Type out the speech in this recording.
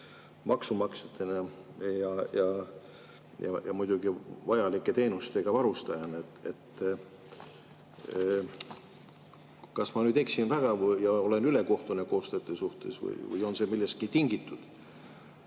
maksumaksjatena ja muidugi vajalike teenustega varustajana. Kas ma nüüd eksin väga ja olen ülekohtune koostajate suhtes või on see tingitud